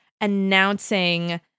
announcing